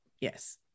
yes